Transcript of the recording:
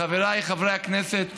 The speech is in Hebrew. חבריי חברי הכנסת